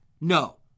No